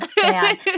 sad